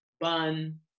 bun